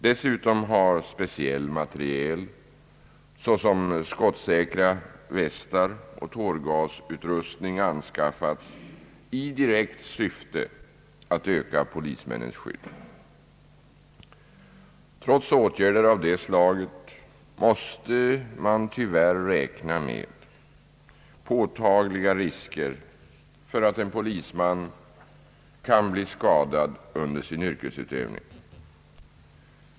Dessutom har speciell materiel såsom skottsäkra västar och tårgasutrustning anskaffats i direkt syfte att öka polismännens skydd. Trots åtgärder av detta slag måste man tyvärr räkna med påtagliga risker för att en polisman kan bli skadad under sin yrkesutövning.